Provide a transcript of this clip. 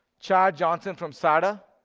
chad johnson from sada,